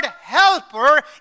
helper